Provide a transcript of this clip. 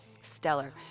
stellar